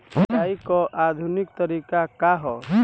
सिंचाई क आधुनिक तरीका का ह?